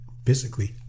physically